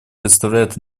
представляет